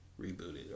rebooted